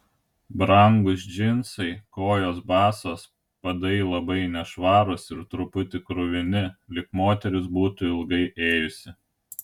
brangūs džinsai kojos basos padai labai nešvarūs ir truputį kruvini lyg moteris būtų ilgai ėjusi